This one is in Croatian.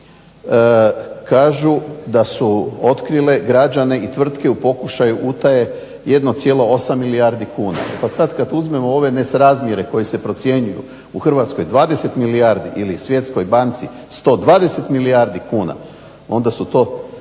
kažu da su otkrile građane i tvrtke u pokušaju utaje 1,8 milijardi kuna. Pa sad kad uzmemo ove nesrazmjere koji se procjenjuju u Hrvatskoj 20 milijardi ili Svjetskoj banci 120 milijardi kuna onda su to